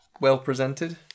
well-presented